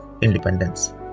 independence